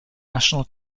national